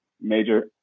major